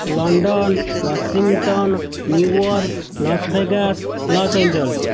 London Washington New York Las Vegas Los Angeles